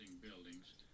buildings